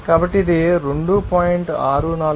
కాబట్టి ఇది 2